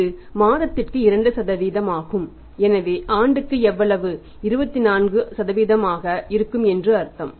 இது மாதத்திற்கு 2 ஆகும் எனவே ஆண்டுக்கு எவ்வளவு 24 ஆக இருக்கும் என்று அர்த்தம்